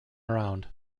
around